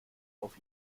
auf